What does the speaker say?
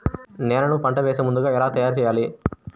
నేలను పంట వేసే ముందుగా ఎలా తయారుచేయాలి?